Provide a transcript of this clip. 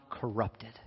corrupted